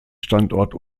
standort